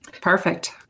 Perfect